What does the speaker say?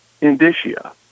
indicia